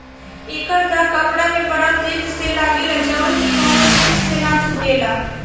एकर दाग कपड़ा में बड़ा तेज लागेला जउन की कवनो चीज से ना छुटेला